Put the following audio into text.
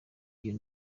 iyo